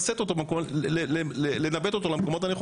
וצריך יהיה צריך לנווט אותו למקומות הנכונים.